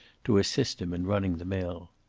to assist him in running the mill.